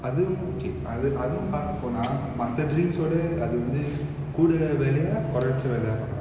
அதுவும்:athuvum okay அது அதும் பாக்க போனா மத்த:athu athum pakka pona matha drinks ஓட அது வந்து கூட வெலயா கொறச்ச வெலயா பாக்கணும்:oda athu vanthu kooda velaya koracha velaya pakkanum